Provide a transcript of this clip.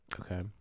Okay